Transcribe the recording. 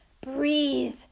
Breathe